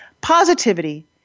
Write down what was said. Positivity